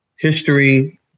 history